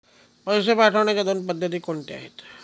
पैसे पाठवण्याच्या दोन पद्धती कोणत्या आहेत?